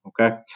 Okay